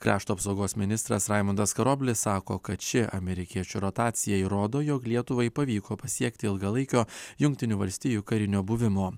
krašto apsaugos ministras raimundas karoblis sako kad ši amerikiečių rotacija įrodo jog lietuvai pavyko pasiekti ilgalaikio jungtinių valstijų karinio buvimo